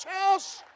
house